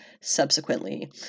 subsequently